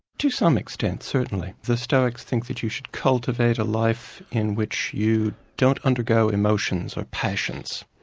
to some extent certainly. the stoics think that you should cultivate a life in which you don't undergo emotions or passions,